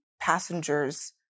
passengers